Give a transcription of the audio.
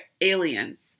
Aliens